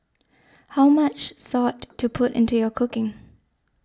how much salt to put into your cooking